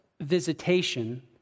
visitation